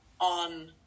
on